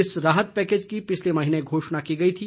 इस राहत पैकेज की पिछले महीने घोषणा की गई थी